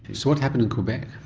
so what happened in quebec?